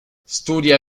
studia